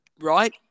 right